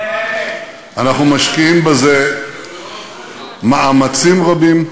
אנחנו משקיעים בזה מאמצים רבים,